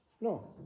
No